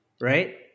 right